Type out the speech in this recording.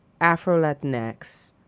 Afro-Latinx